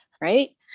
right